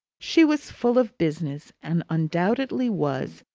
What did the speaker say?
she was full of business and undoubtedly was,